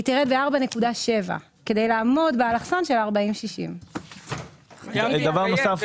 היא תרד ב-4.7 כדי לעמוד באלכסון של 40-60. אדוני היושב-ראש,